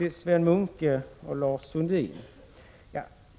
Till Sven Munke och Lars Sundin: